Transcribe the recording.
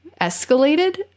escalated